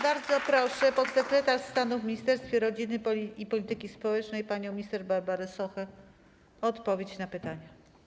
Bardzo proszę podsekretarz stanu w Ministerstwie Rodziny i Polityki Społecznej panią minister Barbarę Sochę o odpowiedź na pytania.